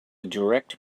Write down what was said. direct